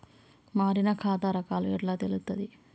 మారిన ఖాతా రకాలు ఎట్లా తెలుత్తది?